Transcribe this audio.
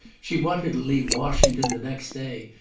she wanted to leave washington the next day,